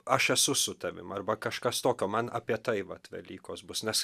aš esu su tavimi arba kažkas tokio man apie tai vat velykos bus nes